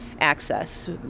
access